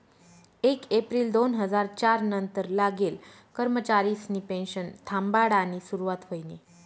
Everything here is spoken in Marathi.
येक येप्रिल दोन हजार च्यार नंतर लागेल कर्मचारिसनी पेनशन थांबाडानी सुरुवात व्हयनी